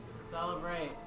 Celebrate